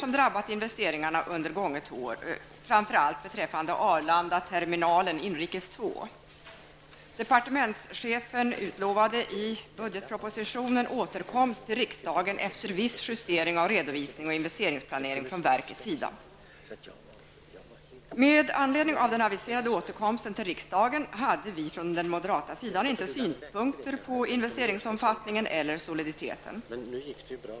Med anledning av den aviserade återkomsten till riksdagen hade vi från den moderata sidan inte synpunkter på investeringsomfattningen eller soliditeten.